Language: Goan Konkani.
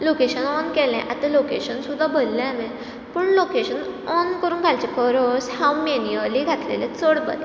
लोकेशन ऑन केलें आतां लोकेशन सुद्दां भरलें हांवें पूण लोकेशन ऑन करून घालचे परस हांव मेन्युअली घातलेलें चड बरें